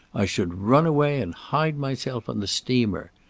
i should run away and hide myself on the steamer.